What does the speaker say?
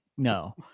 No